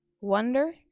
wonder